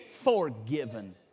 forgiven